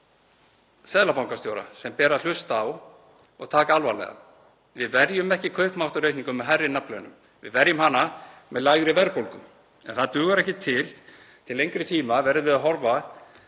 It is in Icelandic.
seðlabankastjóra sem ber að hlusta á og taka alvarlega. Við verjum ekki kaupmáttaraukningu með hærri nafnlaunum, við verjum hana með lægri verðbólgu. En það dugar ekki til. Til lengri tíma verðum við að horfa